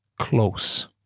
Close